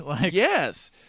Yes